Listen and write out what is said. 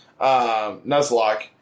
Nuzlocke